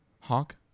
hawk